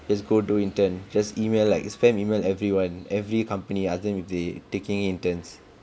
let's go do intern just email like his friend email everyone every company asking whether they taking interns